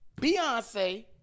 Beyonce